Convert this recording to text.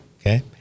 Okay